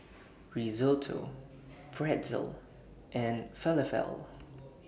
Risotto Pretzel and Falafel